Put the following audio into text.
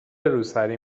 روسری